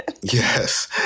yes